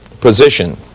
position